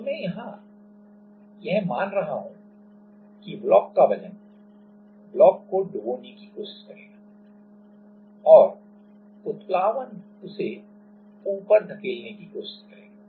तो मैं यहाँ यह मान रहा हूँ कि ब्लॉक का वजन ब्लॉक को डुबाने की कोशिश करेगा और उत्प्लावन उसे ऊपर धकेलने की कोशिश करेगा